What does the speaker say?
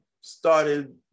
started